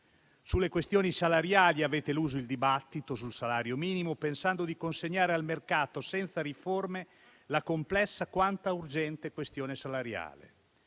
Sulle questioni salariali avete eluso il dibattito sul salario minimo, pensando di consegnare al mercato, senza riforme, la complessa quanto urgente questione salariale.